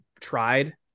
tried